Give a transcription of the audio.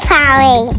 Polly